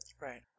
Right